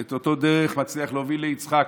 ואת אותה דרך מצליח להוביל ליצחק,